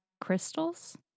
crystals